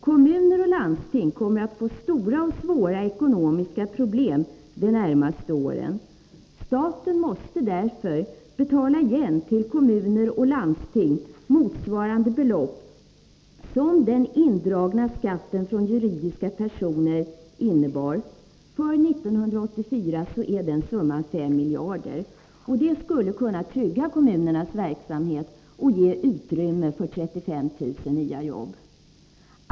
Kommuner och landsting kommer att få stora och svåra ekonomiska problem under de närmaste åren. Staten måste därför betala igen belopp till kommuner och landsting som motsvarar den indragna skatten från juridiska personer. För 1984 är summan 5 miljarder. Detta skulle trygga kommunernas verksamhet och ge utrymme för 35 000 nya jobb.